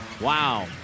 Wow